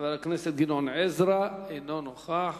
חבר הכנסת גדעון עזרא, אינו נוכח.